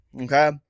Okay